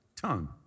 tongue